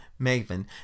Maven